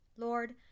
Lord